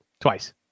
Twice